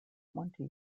twenty